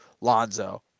Lonzo